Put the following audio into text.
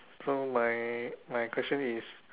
so my my question is